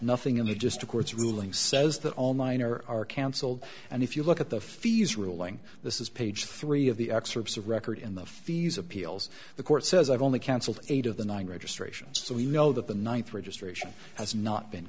nothing in the just a court's ruling says that all minor are cancelled and if you look at the fees ruling this is page three of the excerpts of record in the fees appeals the court says i've only cancelled eight of the nine registrations so we know that the ninth registration has not been